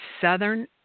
southern